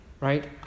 right